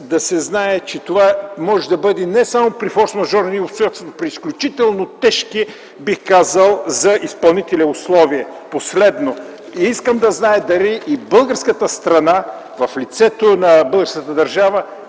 да се знае, че това може да бъде не само при форсмажорни обстоятелства, но при изключително тежки, бих казал, за изпълнителя условия. Последно. Искам да зная дали българската държава е готова с всички